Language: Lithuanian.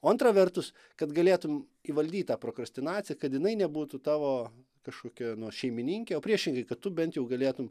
o antra vertus kad galėtum įvaldyt tą prokrastinaciją kad jinai nebūtų tavo kažkokia nu šeimininkė o priešingai kad tu bent jau galėtum